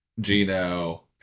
Gino